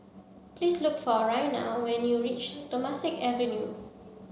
please look for Raina when you reach Temasek Avenue